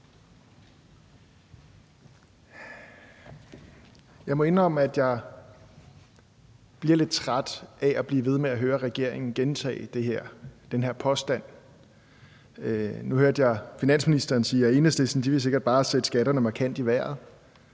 Jeg må indrømme, at jeg bliver lidt træt af at blive ved med at høre regeringen gentage den her påstand. Nu hørte jeg finansministeren sige, at Enhedslisten sikkert bare vil sætte skatterne markant i vejret.